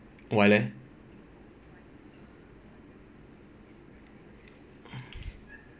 why leh